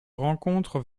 rencontre